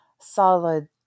solid